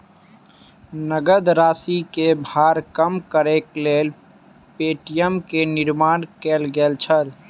नकद राशि के भार कम करैक लेल पे.टी.एम के निर्माण कयल गेल छल